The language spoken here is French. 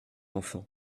enfants